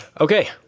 Okay